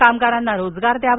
कामगारांना रोजगार द्यावा